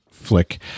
Flick